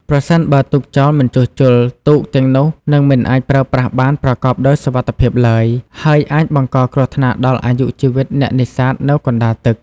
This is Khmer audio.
ប្រសិនបើទុកចោលមិនជួសជុល ទូកទាំងនោះនឹងមិនអាចប្រើប្រាស់បានប្រកបដោយសុវត្ថិភាពឡើយ ហើយអាចបង្កគ្រោះថ្នាក់ដល់អាយុជីវិតអ្នកនេសាទនៅកណ្ដាលទឹក។